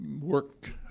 work